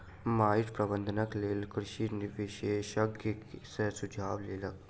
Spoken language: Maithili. माइट प्रबंधनक लेल कृषक विशेषज्ञ सॅ सुझाव लेलक